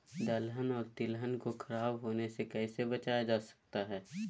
दलहन और तिलहन को खराब होने से कैसे बचाया जा सकता है?